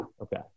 Okay